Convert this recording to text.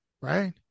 right